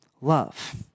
Love